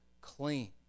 clean